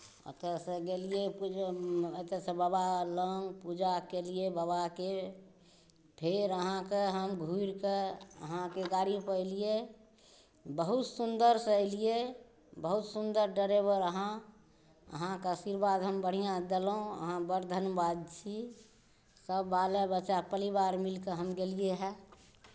अतऽ से गेलियै अतऽ से गेलियै बाबा लग पूजा केलियै बाबाके फेर अहाँकेॅ हम घुरि कऽ अहाँकेँ गाड़ी पे एलियै बहुत सुन्दरसँ एलियै बहुत सुन्दर डरेवर अहाँ अहाँकेॅं आशीर्वाद हम बढ़िऑं देलहुॅं अहाँ बड्ड धनवाद छी सब बाले बच्चा पलिवार मिलके हम गेलियै हऽ